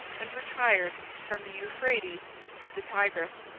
and retired from the euphrates to the tigris.